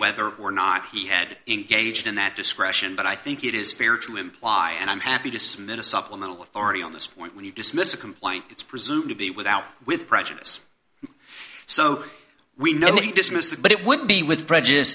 whether or not he had engaged in that discretion but i think it is fair to imply and i'm happy to submit a supplemental authority on this point when you dismiss a complaint it's presumed to be without with prejudice so we know he dismissed it but it would be with prejudice